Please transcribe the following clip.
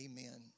Amen